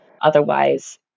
Otherwise